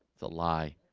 it's a lie,